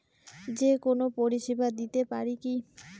যে কোনো পরিষেবা দিতে পারি কি?